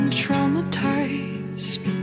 traumatized